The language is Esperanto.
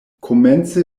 komence